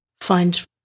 find